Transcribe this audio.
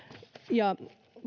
ja